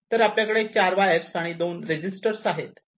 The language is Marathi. तर आपल्याकडे आहे चार वायर्स आणि दोन रजिस्टर्स हे आहेत